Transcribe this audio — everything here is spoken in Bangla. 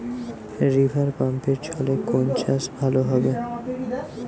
রিভারপাম্পের জলে কোন চাষ ভালো হবে?